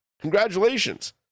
Congratulations